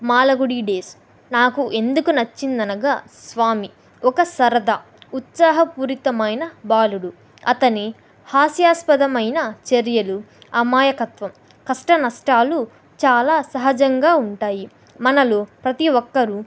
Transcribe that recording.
Malgudi Days నాకు ఎందుకు నచ్చిందనగా స్వామి ఒక సరదా ఉత్సాహపూరితమైన బాలుడు అతని హాస్యాస్పదమైన చర్యలు అమాయకత్వం కష్ట నష్టాలు చాలా సహజంగా ఉంటాయి మనలో ప్రతి ఒక్కరు